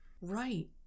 right